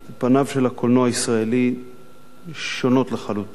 פניו של הקולנוע הישראלי שונות לחלוטין,